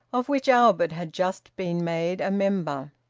of which albert had just been made a member.